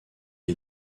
est